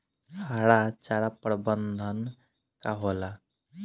हरा चारा प्रबंधन का होला?